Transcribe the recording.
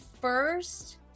first